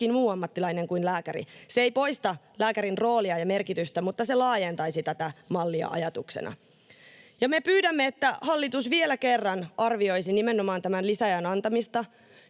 jokin muu ammattilainen kuin lääkäri. Se ei poista lääkärin roolia ja merkitystä, mutta se laajentaisi tätä mallia ajatuksena. Me pyydämme, että hallitus vielä kerran arvioisi nimenomaan tämän lisäajan antamista,